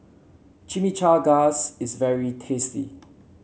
Chimichangas is very tasty